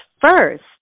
first